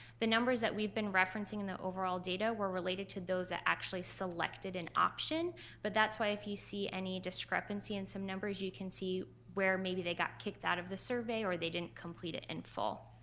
the numbers that we've been referencing in the overall data were related to those that actually selected an option but that's why if you see any discrepancy in some numbers you can see where maybe they got kicked out of the survey or they didn't complete it in full.